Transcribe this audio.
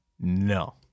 No